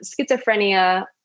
schizophrenia